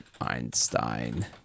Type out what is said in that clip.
Einstein